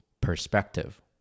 perspective